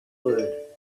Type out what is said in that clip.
word